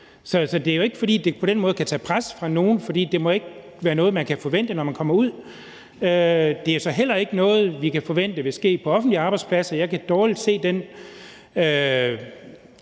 Så det er jo ikke, fordi det på den måde kan tage presset fra nogen, for det må ikke være noget, man kan forvente, når man kommer ud i praktik. Det er så heller ikke noget, vi kan forvente vil ske på offentlige arbejdspladser. Jeg kan dårligt se,